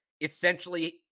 essentially